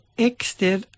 exter